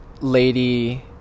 lady